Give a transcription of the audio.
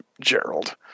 Gerald